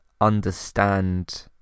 understand